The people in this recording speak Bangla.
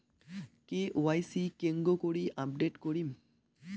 কে.ওয়াই.সি কেঙ্গকরি আপডেট করিম?